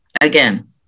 Again